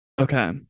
Okay